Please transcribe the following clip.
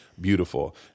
beautiful